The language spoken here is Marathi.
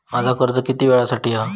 माझा कर्ज किती वेळासाठी हा?